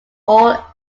all